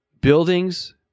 buildings